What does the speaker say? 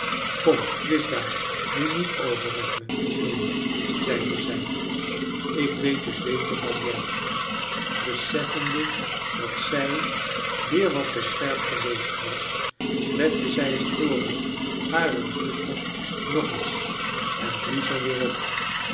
kom twist daar nu niet over met me amy zeide zij ik weet heti beter dan jij beseffende dat zij weer wat te scherp geweest was bette zij het voorhoofd harer zuster nog eens en blies er weer op